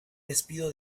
despido